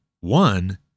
one